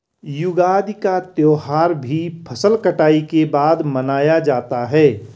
युगादि का त्यौहार भी फसल कटाई के बाद मनाया जाता है